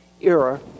era